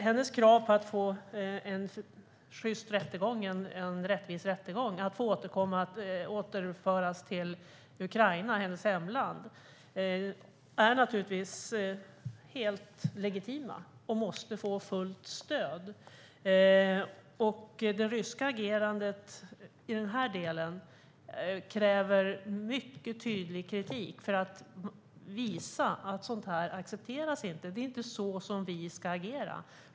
Hennes krav på att få en sjyst och rättvis rättegång samt att få återföras till Ukraina, hennes hemland, är naturligtvis helt legitima och måste få fullt stöd. Det ryska agerandet i den delen kräver mycket tydlig kritik för att visa att sådant inte accepteras. Det är inte så vi ska agera.